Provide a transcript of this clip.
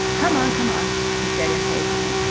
come on, come on, he said impatiently.